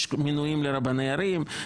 יש מינויים לרבני ערים,